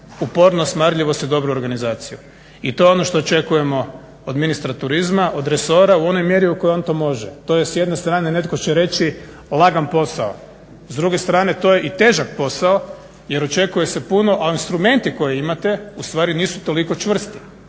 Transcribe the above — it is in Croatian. upornost, marljivost i dobru organizaciju. I to je ono što očekujemo od ministra turizma, od resora u onoj mjeri u kojoj on to može. To je s jedne strane, netko će reći lagan posao, s druge strane to je i težak posao jer očekuje se puno a instrumenti koje imate ustvari nisu toliko čvrsti.